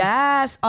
Yes